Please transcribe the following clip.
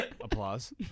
Applause